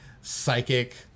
psychic